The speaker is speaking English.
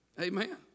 Amen